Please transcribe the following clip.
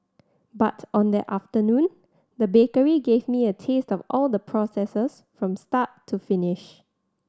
but on that afternoon the bakery gave me a taste of all the processes from start to finish